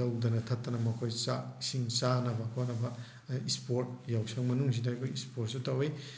ꯂꯧꯗꯅ ꯊꯠꯇꯅ ꯃꯈꯣꯏ ꯆꯥꯛ ꯏꯁꯤꯡ ꯆꯥꯅꯕ ꯈꯣꯏꯅꯕ ꯏꯁꯄꯣꯔꯠ ꯌꯥꯎꯁꯪ ꯃꯅꯨꯡꯁꯤꯗ ꯑꯩꯈꯣꯏ ꯏꯁꯄꯣꯔꯠꯁꯨ ꯇꯧꯋꯤ